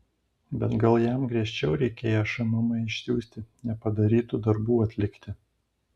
bet gal jam griežčiau reikėjo šmm išsiųsti nepadarytų darbų atlikti